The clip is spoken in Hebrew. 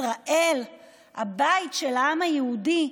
ישראל היא הבית של העם היהודי,